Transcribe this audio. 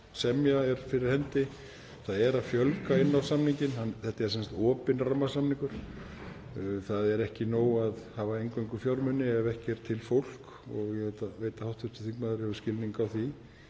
semja er fyrir hendi. Það er að fjölga inn á samninginn, þetta er sem sagt opinn rammasamningur. Það er ekki nóg að hafa eingöngu fjármuni ef ekki er til fólk og ég veit að hv. þingmaður hefur skilning á því.